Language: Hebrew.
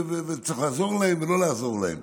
וצריך לעזור להם או לא לעזור להם.